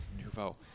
Nouveau